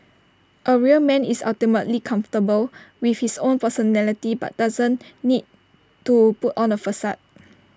A real man is ultimately comfortable with his own personality and doesn't need to put on A facade